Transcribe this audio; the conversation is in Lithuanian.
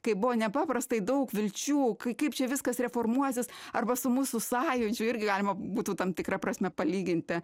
kaip buvo nepaprastai daug vilčių kai kaip čia viskas reformuosis arba su mūsų sąjūdžiu irgi galima būtų tam tikra prasme palyginti